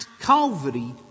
Calvary